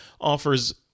offers